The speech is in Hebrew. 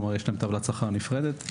כלומר יש להם טבלת שכר נפרדת.